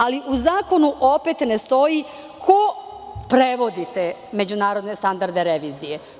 Ali, u zakonu opet ne stoji ko prevodi te međunarodne standarde revizije.